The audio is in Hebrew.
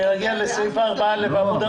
שנגיע לסעיף 4(א).